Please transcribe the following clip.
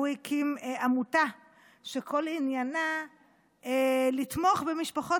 הוא הקים עמותה שכל עניינה לתמוך במשפחות